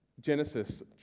Genesis